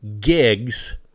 gigs